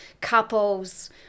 couples